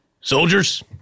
Soldiers